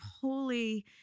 holy